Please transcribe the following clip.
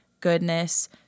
goodness